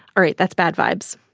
all right, that's bad vibes.